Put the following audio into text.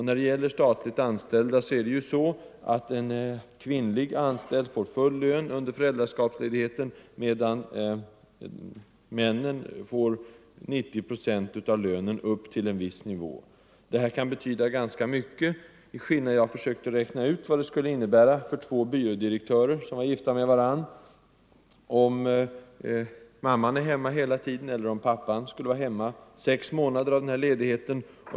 När det gäller statligt anställda är det ju så att en kvinnlig anställd får full lön under föräldraskapsledigheten medan männen får 90 procent av lönen upp till en viss nivå. Denna löneskillnad kan betyda ganska mycket. Jag har försökt räkna ut det ekonomiska utfallet för två byrådirektörer som är gifta med varandra, om mamman är hemma hela tiden respektive om pappan skulle vara hemma sex månader av ledigheten.